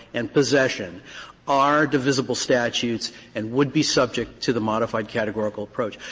and possession are divisible statutes and would be subject to the modified categorical approach.